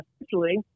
essentially